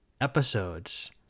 episodes